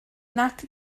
nac